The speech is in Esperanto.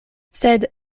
sed